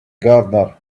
gardener